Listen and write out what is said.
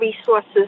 resources